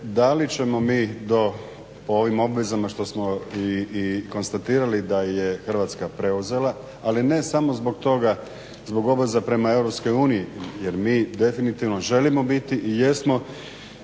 da li ćemo mi po ovom obvezama što smo i konstatirali da je Hrvatska preuzela, ali ne samo zbog toga zbog obveza prema EU jer mi definitivno želimo biti i jesmo